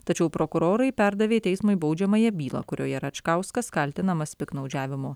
tačiau prokurorai perdavė teismui baudžiamąją bylą kurioje račkauskas kaltinamas piktnaudžiavimu